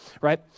right